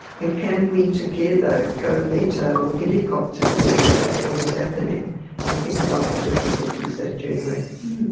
and can we together go meta or helicopter-vision of what is happening and think about the difficulties that generates.